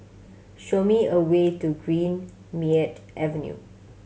show me a way to Greenmead Avenue